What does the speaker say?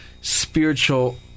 spiritual